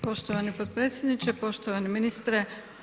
Poštovani potpredsjedniče, poštovani ministre.